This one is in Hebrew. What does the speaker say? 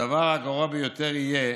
הדבר הגרוע ביותר יהיה